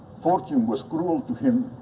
fortune was cruel to him.